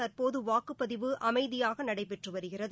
தற்போது வாக்குப்பதிவு அமைதியாக நடைபெற்று வருகிறது